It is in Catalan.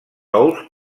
ous